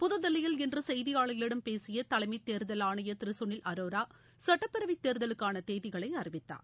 புதுதில்லியில் இன்று செய்தியாளர்களிடம் பேசிய தலைமைத்தேர்தல் ஆணையர் திரு சுனில் அரோரா சட்டப்பேரவைத் தேர்தலுக்கான தேதிகளை அறிவித்தார்